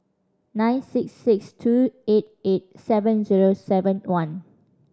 nine six six two eight eight seven zero seven one